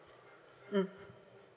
hmm